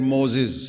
Moses